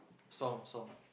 song song